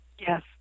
Yes